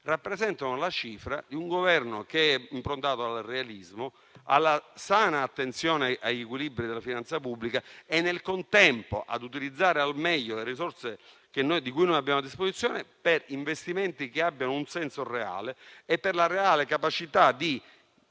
Rappresentano la cifra di un Governo che è improntato al realismo, alla sana attenzione agli equilibri della finanza pubblica e, nel contempo, ad utilizzare al meglio le risorse che noi abbiamo a disposizione per investimenti che abbiano un senso reale e una reale capacità di